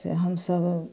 से हमसभ